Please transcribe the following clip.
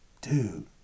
dude